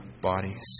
bodies